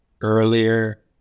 earlier